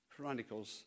Chronicles